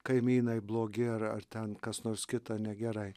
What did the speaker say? kaimynai blogi ar ar ten kas nors kita negerai